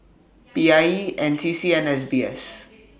P I E N C C and S B S